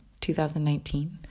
2019